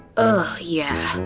oh yeah,